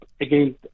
again